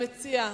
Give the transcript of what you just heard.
המציע,